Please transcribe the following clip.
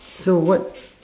so what